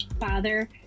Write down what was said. father